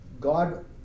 God